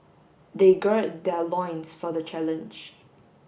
they gird their loins for the challenge